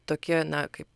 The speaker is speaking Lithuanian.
tokie na kaip